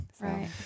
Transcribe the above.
right